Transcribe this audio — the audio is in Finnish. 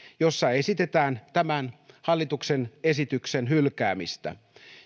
jossa esitetään tämän hallituksen esityksen hylkäämistä